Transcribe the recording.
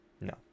No